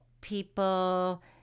people